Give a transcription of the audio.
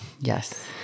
Yes